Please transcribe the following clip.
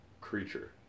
creature